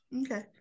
Okay